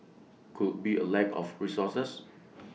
could be A lack of resources